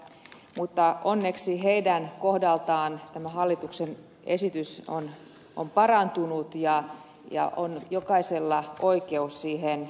mutta onneksi heidän kohdaltaan tämä hallituksen esitys on parantunut ja jokaisella on oikeus vapaaseen